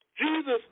Jesus